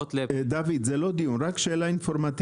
בהוראות -- דוד זה לא דיון זה רק שאלה אינפורמטיבית.